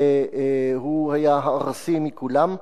והוא היה הארסי מכולם.